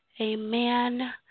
Amen